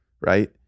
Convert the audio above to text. right